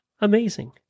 Amazing